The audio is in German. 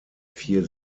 vier